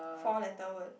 four letter word